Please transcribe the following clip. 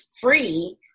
free